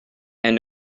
and